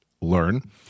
learn